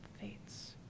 Fates